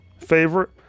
favorite